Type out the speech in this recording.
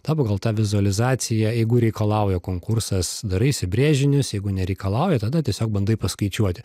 ta pagal tą vizualizaciją jeigu reikalauja konkursas daraisi brėžinius jeigu nereikalauja tada tiesiog bandai paskaičiuoti